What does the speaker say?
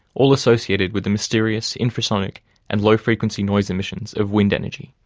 all associated with the mysterious infrasonic and low-frequency noise emissions of wind energy.